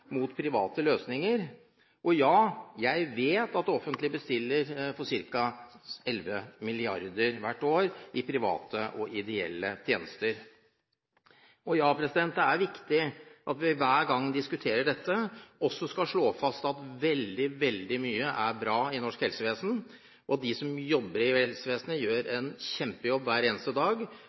mot private løsninger å gjøre. Jeg vet at det offentlige bestiller private og ideelle tjenester for ca. 11 mrd. kr hvert år. Det er viktig at vi hver gang vi diskuterer dette, også slår fast at veldig, veldig mye er bra i norsk helsevesen, og at de som jobber i helsevesenet, gjør en kjempejobb hver eneste dag.